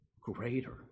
greater